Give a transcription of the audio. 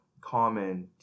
common